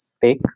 take